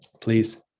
Please